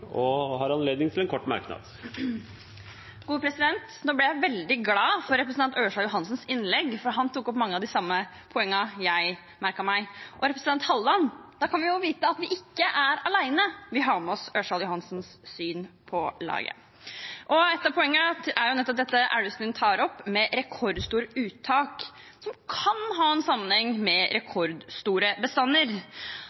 og får ordet til en kort merknad, begrenset til 1 minutt. Nå ble jeg veldig glad for representanten Ørsal Johansens innlegg, for han tok opp mange av de samme poengene som jeg merket meg. Og til representanten Halleland: Da vet vi at vi ikke er alene, vi har med oss Ørsal Johansen og hans syn på laget. Ett av poengene er nettopp det som Elvestuen tar opp, med rekordstort uttak, som kan ha en sammenheng med